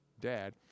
dad